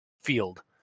field